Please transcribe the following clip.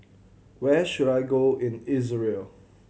where should I go in Israel